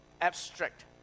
abstract